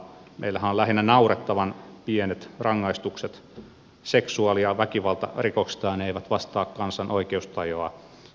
meillähän on lähinnä naurettavan pienet rangaistukset seksuaali ja väkivaltarikoksista ne eivät vastaa kansan oikeustajua